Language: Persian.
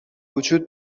وجود